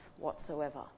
whatsoever